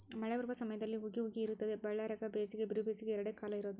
ಮಳೆ ಬರುವ ಸಮಯದಲ್ಲಿ ಹುಗಿ ಹುಗಿ ಇರುತ್ತದೆ ಬಳ್ಳಾರ್ಯಾಗ ಬೇಸಿಗೆ ಬಿರುಬೇಸಿಗೆ ಎರಡೇ ಕಾಲ ಇರೋದು